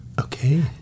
Okay